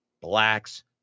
blacks